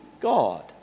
God